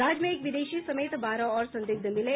राज्य में एक विदेशी समेत बारह और संदिग्ध मिले